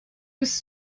was